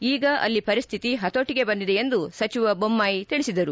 ಈಗ ಅಲ್ಲಿ ಪರಿಸ್ಟಿತಿ ಪತೋಟಿಗೆ ಬಂದಿದೆ ಎಂದು ಸಚಿವ ಬೊಮ್ಮಾಯಿ ತಿಳಿಸಿದರು